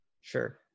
sure